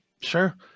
Sure